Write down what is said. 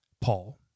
Paul